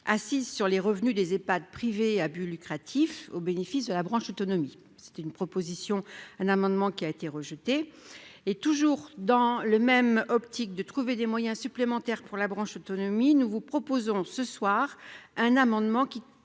assise sur les revenus des Epad privé à but lucratif au bénéfice de la branche autonomie c'est une proposition, un amendement qui a été rejeté et toujours dans le même optique de trouver des moyens supplémentaires pour la branche autonomie, nous vous proposons ce soir un amendement qui